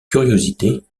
curiosité